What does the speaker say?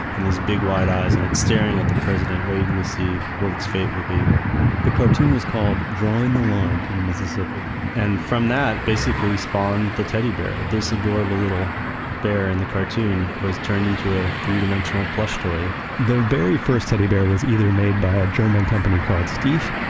and these big wide eyes and it's staring at the president, waiting to see what its fate will be the cartoon was called drawing the line in mississippi. and from that, basically, spawned the teddy bear. this adorable little bear in the cartoon was turned into a three-dimensional plush toy the very first teddy bear was either made by a german company called steiff,